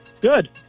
Good